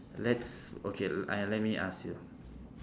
let's okay I let me ask you